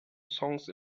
songs